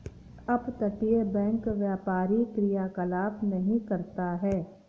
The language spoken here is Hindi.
अपतटीय बैंक व्यापारी क्रियाकलाप नहीं करता है